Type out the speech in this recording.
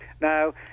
Now